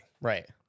Right